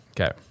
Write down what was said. Okay